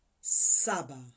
Saba